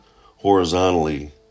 horizontally